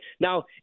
Now